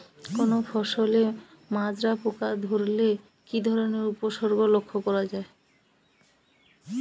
কোনো ফসলে মাজরা পোকা ধরলে কি ধরণের উপসর্গ লক্ষ্য করা যায়?